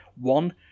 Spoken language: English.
One